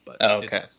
Okay